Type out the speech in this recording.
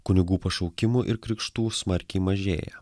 kunigų pašaukimų ir krikštų smarkiai mažėja